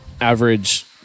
average